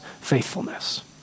faithfulness